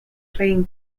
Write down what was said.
playing